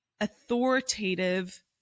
authoritative